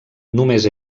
només